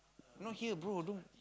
not here bro don't